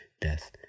death